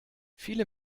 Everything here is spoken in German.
viele